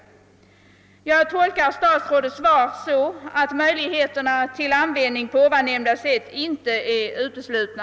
Jag tolkar statsrådets svar så att möjligheterna till användning på nämnda sätt inte är uteslutna.